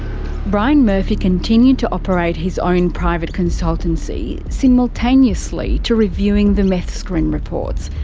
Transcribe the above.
brian murphy continued to operate his own private consultancy, simultaneously to reviewing the meth screen reports,